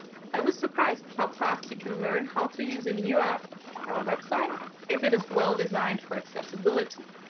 i was surprised how fast he can learn how to use a new app and or website if it is well designed for accessibility.